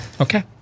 Okay